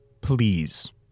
Please